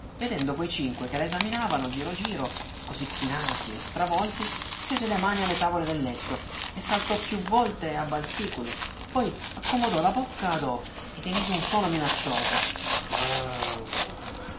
vedendo quei cinque che la esaminavano giro giro così chinati e stravolti tese le mani alle tavole del letto e saltò più volte a balziculi poi accomodò la bocca ad o ed emise un suono minaccioso chhhh